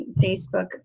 Facebook